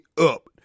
up